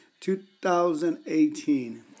2018